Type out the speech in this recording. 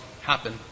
happen